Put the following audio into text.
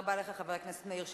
תודה רבה לך, חבר הכנסת מאיר שטרית.